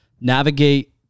navigate